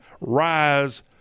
rise